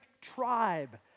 tribe